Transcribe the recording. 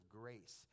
grace